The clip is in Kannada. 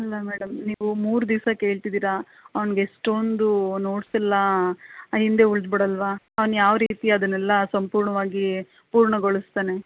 ಅಲ್ಲ ಮೇಡಮ್ ನೀವು ಮೂರು ದಿವಸ ಕೇಳ್ತಿದ್ದಿರಾ ಅವ್ನ್ಗೆ ಎಷ್ಟೊಂದು ನೋಟ್ಸ್ ಎಲ್ಲ ಹಿಂದೆ ಉಳ್ದು ಬಿಡಲ್ಲವಾ ಅವ್ನು ಯಾವ ರೀತಿ ಅದನ್ನೆಲ್ಲಾ ಸಂಪೂರ್ಣವಾಗೀ ಪೂರ್ಣಗೊಳಿಸ್ತಾನೆ